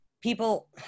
people